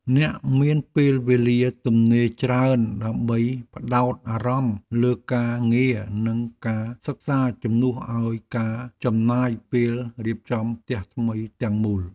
អ្នកមានពេលវេលាទំនេរច្រើនដើម្បីផ្ដោតអារម្មណ៍លើការងារនិងការសិក្សាជំនួសឱ្យការចំណាយពេលរៀបចំផ្ទះថ្មីទាំងមូល។